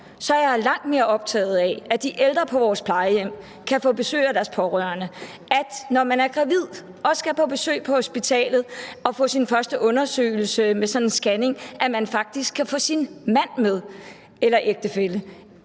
så er jeg langt mere optaget af, at de ældre på vores plejehjem kan få besøg af deres pårørende, og at man, når man er gravid og skal på besøg på hospitalet og få sin første undersøgelse med sådan en scanning, faktisk kan få sin mand eller sin ægtefælle